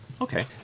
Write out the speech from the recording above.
Okay